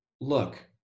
look